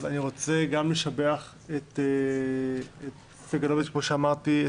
אז אני רוצה גם לשבח את ח"כ סגלוביץ כמו שאמרתי,